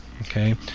okay